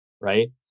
right